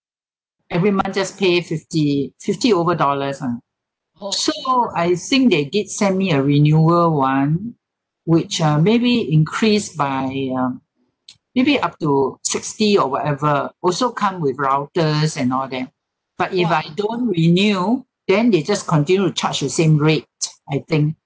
every month just pay fifty fifty over dollars lah so I think they did send me a renewal [one] which uh maybe increase by um maybe up to sixty or whatever also come with routers and all that but if I don't renew then they'll just continue to charge the same rate I think